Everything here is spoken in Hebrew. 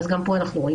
גם פה אנחנו רואים